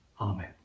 Amen